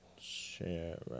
Share